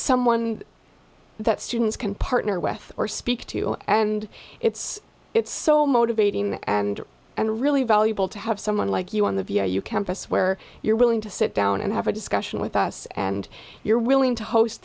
someone that students can partner with or speak to and it's it's so motivating and and really valuable to have someone like you on the view you campus where you're willing to sit down and have a discussion with us and you're willing to host